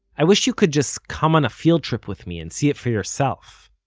i wish you could just come on a field trip with me and see it for yourself.